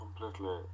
completely